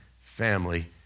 family